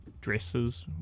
dresses